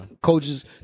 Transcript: coaches